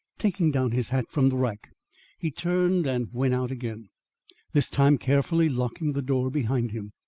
taking down his hat from the rack he turned and went out again this time carefully locking the door behind him,